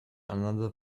another